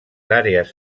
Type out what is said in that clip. àrees